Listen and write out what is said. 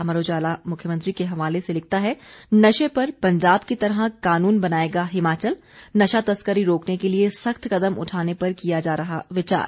अमर उजाला मुख्यमंत्री के हवाले से लिखता है नशे पर पंजाब की तरह कानून बनाएगा हिमाचल नशा तस्करी रोकने के लिये सख्त कदम उठाने पर किया जा रहा विचार